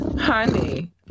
Honey